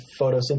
photosynthesis